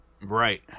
Right